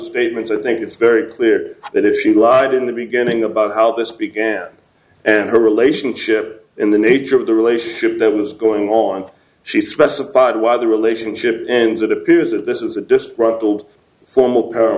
statements i think it's very clear that if she lied in the beginning about how this began and her relationship in the nature of the relationship that was going on she specified why the relationship ends it appears that this was a destructive old formal p